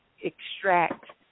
extract